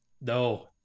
No